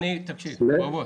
תקשיב, בוא.